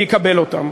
מי יקבל אותם?